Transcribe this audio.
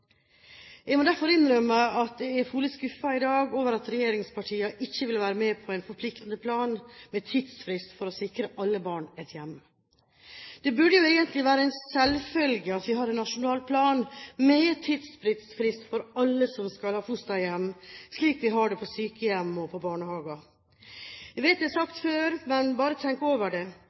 Jeg må derfor innrømme at jeg er veldig skuffet i dag over at regjeringspartiene ikke vil være med på en forpliktende plan med tidsfrist for å sikre alle barn et hjem. Det burde jo egentlig være en selvfølge at vi har en nasjonal plan med tidsfrist for at alle skal få fosterhjem, slik vi har det for sykehjem og for barnehager. Jeg vet det er sagt før, men bare tenk over det: